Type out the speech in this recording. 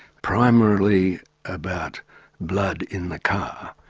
primarily about blood in the car.